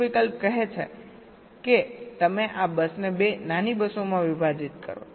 બીજો વિકલ્પ કહે છે કે તમે આ બસને 2 નાની બસોમાં વિભાજીત કરો